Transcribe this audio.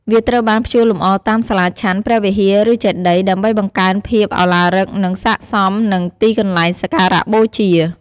វាត្រូវបានព្យួរលម្អតាមសាលាឆាន់ ព្រះវិហារ ឬចេតិយ ដើម្បីបង្កើនភាពឱឡារិក និងស័ក្តិសមនឹងទីកន្លែងសក្ការៈបូជា។